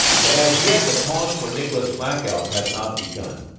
but as yet, the cause for nicholas black elk has not begun.